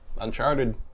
Uncharted